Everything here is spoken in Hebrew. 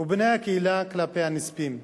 ובני הקהילה כלפי הנספים.